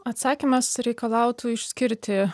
atsakymas reikalautų išskirti